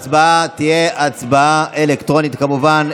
ההצבעה תהיה אלקטרונית, כמובן.